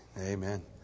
Amen